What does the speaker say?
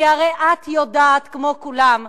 הרי את יודעת כמו כולם,